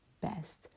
best